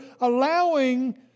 allowing